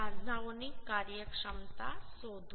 સાંધાઓની કાર્યક્ષમતા શોધો